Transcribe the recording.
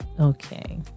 okay